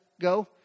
go